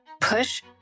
push